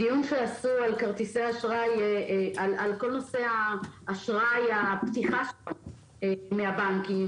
בדיון שעשו על כרטיסי אשראי על כל נושא הפתיחה של האשראי מהבנקים,